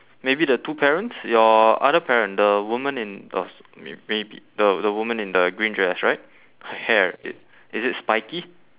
maybe the two parents your other parent the woman in uh may~ maybe the the woman in the green dress right her hair i~ is it spiky